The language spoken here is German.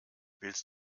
willst